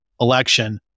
election